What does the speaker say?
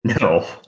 No